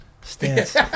stance